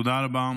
תודה רבה.